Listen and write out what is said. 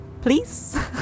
please